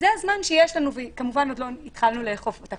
זה הזמן שיש לנו וכמובן עוד לא התחלנו לאכוף אותה,